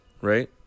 right